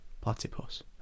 Platypus